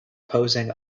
posing